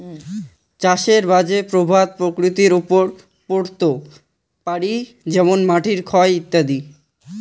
চাষের বাজে প্রভাব প্রকৃতির ওপর পড়ত পারি যেমন মাটির ক্ষয় ইত্যাদি